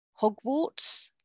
Hogwarts